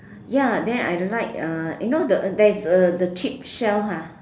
ya then I like uh you know the there is the cheap shell ha